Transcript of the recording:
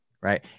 right